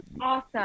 awesome